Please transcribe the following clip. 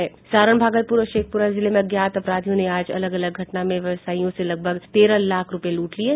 सारण भागलपुर और शेखपुरा जिले में अज्ञात अपराधियों ने आज अलग अलग घटना में व्यवसायियों से लगभग लगभग तेरह लाख रूपये लूट लिये